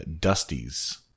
Dusty's